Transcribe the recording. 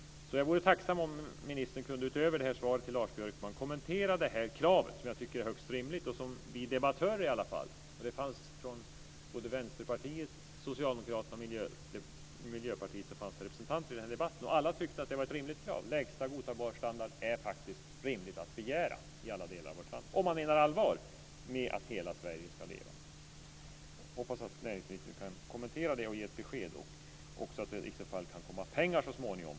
Jag vore tacksam om ministern utöver svaret till Lars Björkman kunde kommentera det här kravet, som jag tycker är högst rimligt. Det fanns i den här debatten representanter för Vänsterpartiet, Socialdemokraterna och Miljöpartiet, och alla tyckte att en lägsta godtagbar standard var ett rimligt krav. Det är faktiskt rimligt att begära detta i alla delar av vårt land, om man menar allvar med att hela Sverige ska leva. Jag hoppas att näringsministern kan kommentera detta och ge ett besked och att det i så fall också kan komma pengar så småningom.